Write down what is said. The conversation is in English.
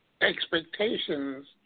expectations